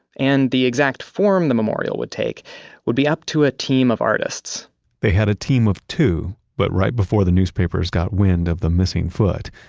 and the exact form the memorial would take would be up to a team of artists they had a team of two, but right before the newspapers got wind of the missing foot,